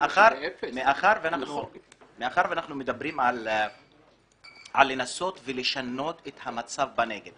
אנחנו מדברים על ניסיון לשנות את המצב בנגב.